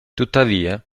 tuttavia